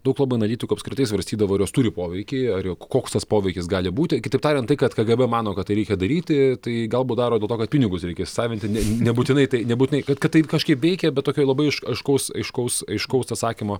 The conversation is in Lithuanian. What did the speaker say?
daug labai analitikų apskritai svarstydavo ar jos turi poveikį ar koks tas poveikis gali būti kitaip tariant tai kad kgb mano kad tai reikia daryti tai galbūt daro dėl to kad pinigus reikia įsisavinti ne nebūtinai tai nebūtinai kad kad tai kažkaip veikia bet tokioj labai aiš aiškaus aiškaus aiškaus atsakymo